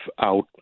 out